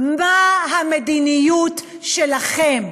מה המדיניות שלכם?